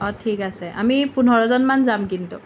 অ ঠিক আছে আমি পোন্ধৰজনমান যাম কিন্তু